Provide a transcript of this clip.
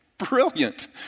brilliant